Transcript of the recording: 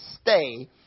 Stay